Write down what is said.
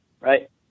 right